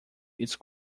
its